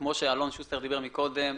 וכמו שאלון שוסטר דיבר קודם,